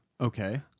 Okay